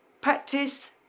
Practice